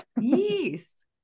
Yes